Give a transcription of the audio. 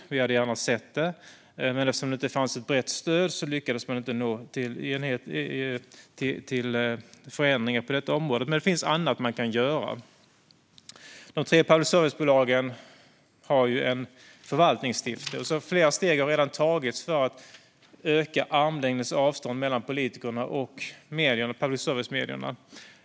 Vi hade gärna sett det, men eftersom det inte fanns ett brett stöd lyckades man inte nå enighet om förändringar på detta område. Det finns dock annat man kan göra. De tre public service-bolagen har ju en förvaltningsstiftelse, och flera steg har redan tagits för att öka den armlängds avstånd som finns mellan politikerna och public service-medierna.